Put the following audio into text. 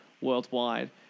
worldwide